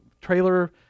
trailer